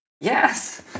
Yes